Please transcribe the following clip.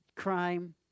crime